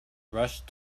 rushed